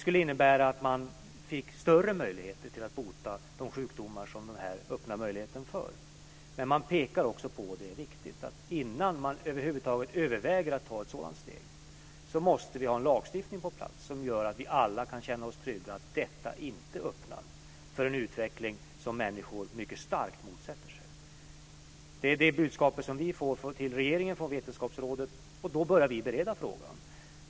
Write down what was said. Det innebär att möjligheterna att bota svåra sjukdomar skulle bli större. Men innan man över huvud taget överväger att ta ett sådant steg måste det finnas en lagstiftning som gör att vi alla kan känna oss trygga för att detta inte öppnar för en utveckling som människor mycket starkt motsätter sig. Det är det budskap som regeringen fick från Vetenskapsrådet, och då började vi att bereda frågan.